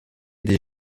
des